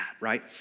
right